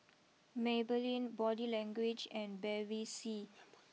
Maybelline Body Language and Bevy C